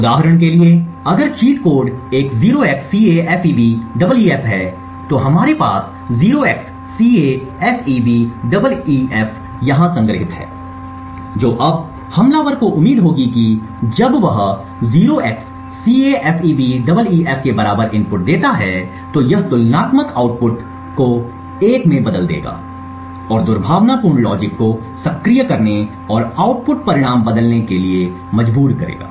उदाहरण के लिए अगर चीट कोड एक 0xCAFEBEEF है तो हमारे पास 0xCAFEBEEF यहां संग्रहीत है जो अब हमलावर को उम्मीद होगी कि जब वह 0xCAFEBEEF के बराबर इनपुट देता है तो यह तुलनात्मक आउटपुट को 1 में बदल देगा और दुर्भावनापूर्ण लॉजिक को सक्रिय करने और आउटपुट परिणाम बदलने के लिए मजबूर करेगा